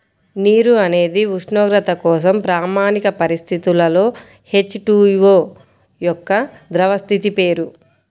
నీరు అనేది ఉష్ణోగ్రత కోసం ప్రామాణిక పరిస్థితులలో హెచ్.టు.ఓ యొక్క ద్రవ స్థితి పేరు